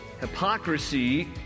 hypocrisy